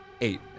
Eight